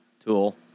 tool